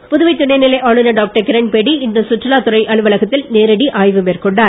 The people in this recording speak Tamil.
கிரண்பேடி புதுவை துணை நிலை ஆளுநர் டாக்டர் கிரண்பேடி இன்று சுற்றுலாத் துறை அலுவலகத்தில் நேரடி ஆய்வு மேற்கொண்டார்